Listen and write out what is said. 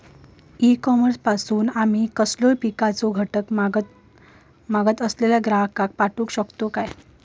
E commerce पासून आमी कसलोय पिकाचो घटक मागत असलेल्या ग्राहकाक पाठउक शकतू काय?